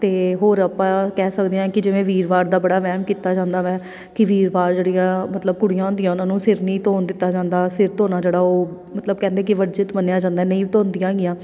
ਅਤੇ ਹੋਰ ਆਪਾਂ ਕਹਿ ਸਕਦੇ ਹਾਂ ਕਿ ਜਿਵੇਂ ਵੀਰਵਾਰ ਦਾ ਬੜਾ ਵਹਿਮ ਕੀਤਾ ਜਾਂਦਾ ਵੈ ਕਿ ਵੀਰਵਾਰ ਜਿਹੜੀਆਂ ਮਤਲਬ ਕੁੜੀਆਂ ਹੁੰਦੀਆਂ ਉਹਨਾਂ ਨੂੰ ਸਿਰ ਨਹੀਂ ਧੋਣ ਦਿੱਤਾ ਜਾਂਦਾ ਸਿਰ ਧੋਣਾ ਜਿਹੜਾ ਉਹ ਮਤਲਬ ਕਹਿੰਦੇ ਕਿ ਵਰਜਿਤ ਮੰਨਿਆ ਜਾਂਦਾ ਨਹੀਂ ਧੋਂਦੀਆਂ ਹੈਗੀਆਂ